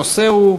הנושא הוא: